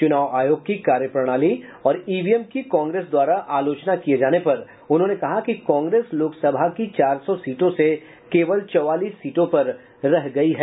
चुनाव आयोग की कार्यप्रणाली और ईवीएम की कांग्रेस द्वारा आलोचना किए जाने पर उन्होंने कहा कि कांग्रेस लोकसभा की चार सौ सीटों से केवल चौवालीस सीटों पर रह गई है